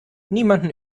niemanden